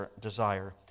desire